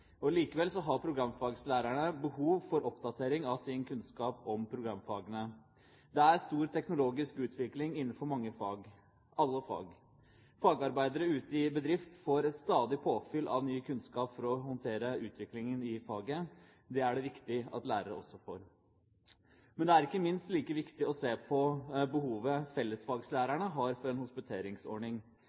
Likevel har programfaglærerne behov for oppdatering av sin kunnskap om programfagene. Det er stor teknologisk utvikling innenfor alle fag. Fagarbeidere ute i bedrift får stadig påfyll av ny kunnskap for å håndtere utviklingen i faget. Det er det viktig at lærere også får. Men minst like viktig er det å se på behovet fellesfaglærerne har for en hospiteringsordning.